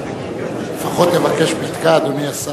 לפחות תבקש פתקה, אדוני השר.